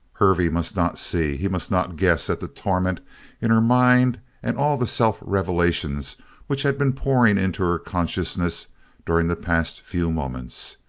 hervey must not see. he must not guess at the torment in her mind and all the self-revelations which had been pouring into her consciousness during the past few moments.